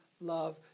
love